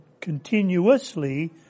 continuously